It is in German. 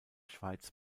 schweiz